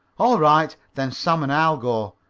all right. then sam and i'll go.